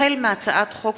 החל בהצעת חוק